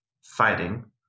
fighting